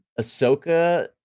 ahsoka